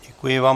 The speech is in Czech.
Děkuji vám.